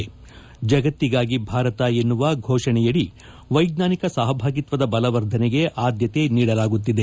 ಜಗತ್ತಿಗಾಗಿ ಭಾರತ ಎನ್ನುವ ಘೋಷಣೆ ಅಡಿ ವೈಜ್ವಾನಿಕ ಸಹಭಾಗಿತ್ವದ ಬಲವರ್ಧನೆಗೆ ಆದ್ದತೆ ನೀಡಲಾಗುತ್ತಿದೆ